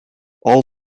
all